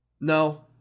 No